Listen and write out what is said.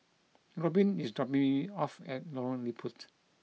Robyn is dropping me off at Lorong Liput